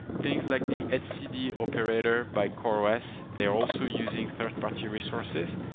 things like the etcd-operator by coreos. they're also using third-party resources.